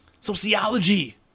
Sociology